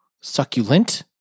Succulent